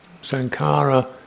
Sankara